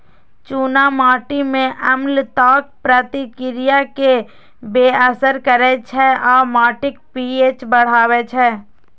चूना माटि मे अम्लताक प्रतिक्रिया कें बेअसर करै छै आ माटिक पी.एच बढ़बै छै